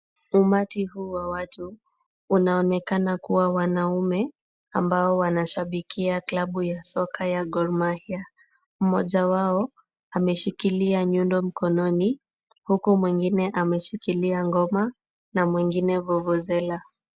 Umati huu wa watu unaonekana kuwa wanaume ambao wanashabikia klabu ya soka ya Gor Mahia. Mmoja wao ameshikilia nyundo mkononi, huku mwingine ameshikilia ngoma na mwingine vuvuzela.